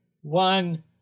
one